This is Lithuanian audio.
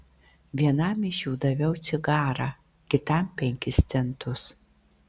vienam iš jų daviau cigarą kitam penkis centus